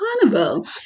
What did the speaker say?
Carnival